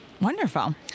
Wonderful